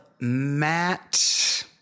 Matt